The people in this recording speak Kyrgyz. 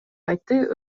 айтты